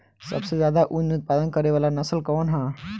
सबसे ज्यादा उन उत्पादन करे वाला नस्ल कवन ह?